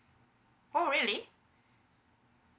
oh really